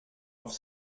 auf